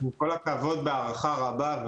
עם כל הכבוד והערכה רבה,